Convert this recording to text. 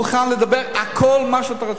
אני מוכן לדבר על כל מה שאתה רוצה.